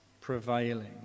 prevailing